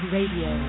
Radio